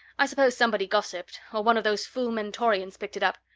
i suppose somebody gossiped, or one of those fool mentorians picked it up.